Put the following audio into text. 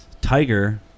Tiger